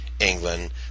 England